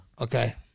Okay